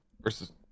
versus